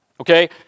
Okay